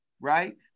right